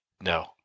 No